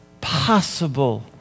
possible